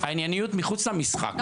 הענייניות מחוץ למשחק,